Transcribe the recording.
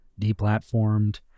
deplatformed